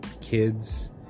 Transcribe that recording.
kids